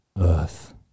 earth